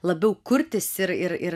labiau kurtis ir ir ir